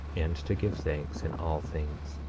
and to give thanks in all things.